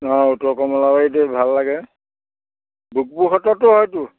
অঁ উত্তৰ কমলাবাৰীতেই ভাল লাগে বুবুহঁতৰতো এইটো